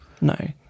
No